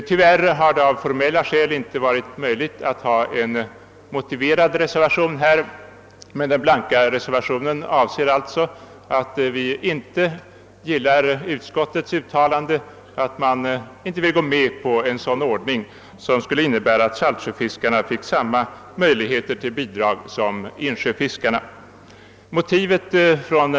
Tyvärr har det av formella skäl inte varit möjligt att avge en motiverad reservation härvidlag, men den blanka reservationen innebär alltså att vi inte gillar utskottets uttalande att man inte vill gå med på att ge saltsjöfiskarna samma möjligheter till bidrag som insjöfiskarna.